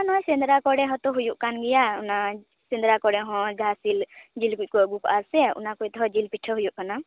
ᱱᱚᱣᱟ ᱥᱮᱸᱫᱽᱨᱟ ᱠᱚᱨᱮ ᱦᱚᱛᱚ ᱦᱩᱭᱩᱜ ᱠᱟᱱ ᱜᱮᱭᱟ ᱚᱱᱟ ᱥᱮᱸᱫᱽᱨᱟ ᱠᱚᱨᱮᱦᱚᱸ ᱡᱟᱦᱟᱸ ᱥᱤᱞ ᱡᱤᱞ ᱠᱚ ᱟᱹᱜᱩ ᱠᱟᱜᱼᱟ ᱥᱮ ᱚᱱᱟᱠᱚ ᱛᱮᱦᱚᱸ ᱡᱤᱞ ᱯᱤᱴᱷᱟᱹ ᱦᱳᱭᱳᱜ ᱠᱟᱱᱟ